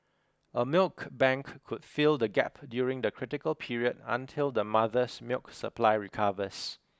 a milk bank could fill the gap during the critical period until the mother's milk supply recovers